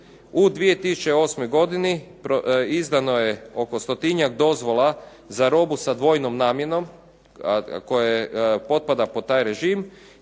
U 2008. godini izdano je oko stotinjak dozvola za robu sa dvojnom namjenom koja potpada pod taj režim